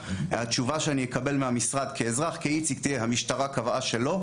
התשובה שאני אקבל מהמשרד כאזרח תהיה שהמשטרה קבעה שלא,